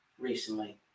recently